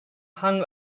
hung